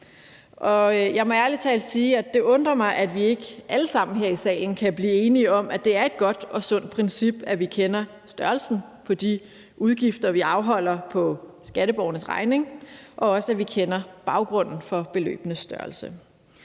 Jeg må ærlig talt sige, at det undrer mig, at vi ikke alle sammen her i salen kan blive enige om, at det er godt og sundt princip, at vi kender størrelsen på de udgifter, vi afholder på skatteborgernes regning, og også at vi kender baggrunden for beløbenes størrelse.